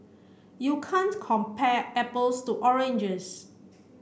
you can't compare apples to oranges